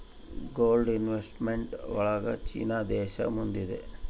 gold investment ಒಳಗ China ದೇಶ ಮುಂದಿದೆ